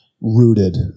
rooted